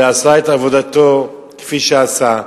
ועשה את עבודתו כפי שעשה,